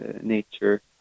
nature